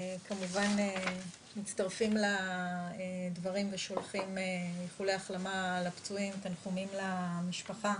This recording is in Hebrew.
כמובן מצטרפים לדברים ושולחים איחולי החלמה לפצועים ותנחומים למשפחה.